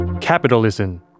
Capitalism